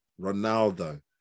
Ronaldo